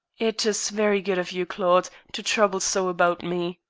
it is very good of you, claude, to trouble so about me.